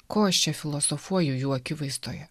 ko aš čia filosofuoju jų akivaizdoje